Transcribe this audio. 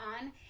on